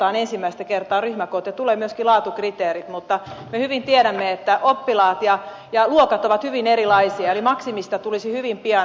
mitataan ensimmäistä kertaa ryhmäkoot ja tulee myöskin laatukriteerit mutta me hyvin tiedämme että oppilaat ja luokat ovat hyvin erilaisia eli maksimista tulisi hyvin pian minimi